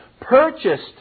purchased